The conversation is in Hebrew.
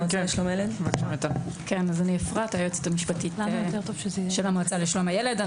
אני היועצת המשפטית של המועצה לשלום הילד.